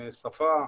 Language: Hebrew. שפה,